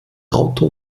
auto